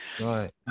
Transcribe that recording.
Right